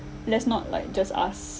let's not like just ask